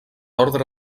ordre